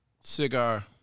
Cigar